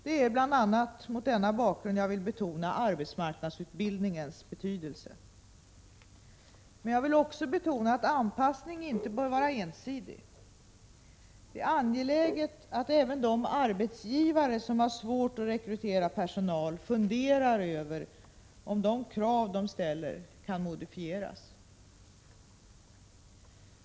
Det är bl.a. mot denna bakgrund jag vill betona arbetsmarknadsutbildningens betydelse. Men jag vill också betona att anpassning inte bör vara ensidig. Det är angeläget att även de arbetsgivare som har svårt att rekrytera personal funderar över om de krav de ställer kan modifieras.